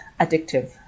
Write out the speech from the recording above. addictive